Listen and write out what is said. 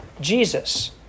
Jesus